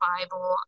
Bible